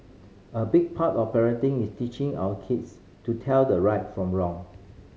a big part of parenting is teaching our kids to tell the right from wrong